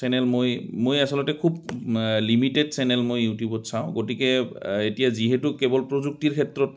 channel মই মই আচলতে খুব লিমিটেড চেনেল মই ইউটিউবত চাওঁ গতিকে এতিয়া যিহেতু কেৱল প্ৰযুক্তিৰ ক্ষেত্ৰত